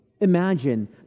Imagine